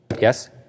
Yes